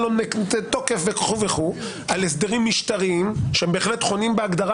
לו תוקף וכולי על הסדרים משטריים שהם בהחלט חונים בהגדרה